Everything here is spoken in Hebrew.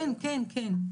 כן, כן.